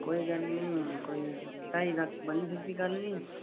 कोई गल्ल नी कोई ढाई लक्ख बनी सकदी गल्ल नी